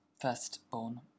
firstborn